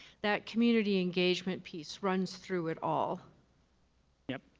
that community engagement piece runs through it all yeah.